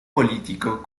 político